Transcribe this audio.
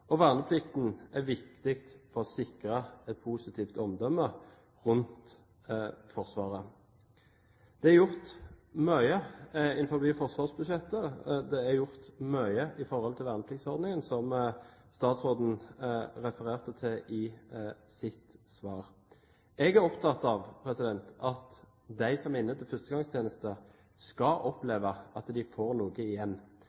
Verneplikten er viktig for å sikre et positivt omdømme rundt Forsvaret. Det er gjort mye innenfor forsvarsbudsjettet, og det er gjort mye i forhold til vernepliktsordningen, som statsråden refererte til i sitt svar. Jeg er opptatt av at de som er inne til førstegangstjeneste, skal oppleve at de får noe igjen.